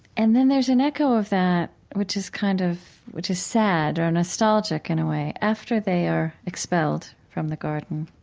and then there's an echo of that, which is kind of which is sad or nostalgic in a way, after they are expelled from the garden.